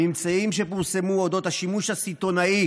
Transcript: הממצאים שפורסמו על השימוש הסיטונאי